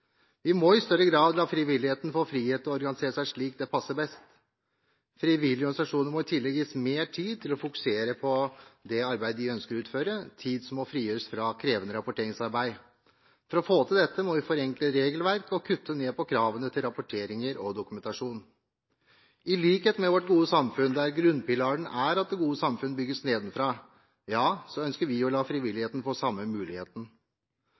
Vi må i større grad la frivilligheten få frihet til å organisere seg slik det passer best. Frivillige organisasjoner må i tillegg gis mer tid til å fokusere på det arbeidet de ønsker å utføre, tid som må frigjøres fra krevende rapporteringsarbeid. For å få til dette må vi forenkle regelverk og kutte ned på kravene til rapporteringer og dokumentasjon. I likhet med vårt gode samfunn, der grunnpilaren er at det gode samfunn bygges nedenfra, ønsker vi å la frivilligheten få samme muligheten.